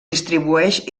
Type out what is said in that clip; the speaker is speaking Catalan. distribueix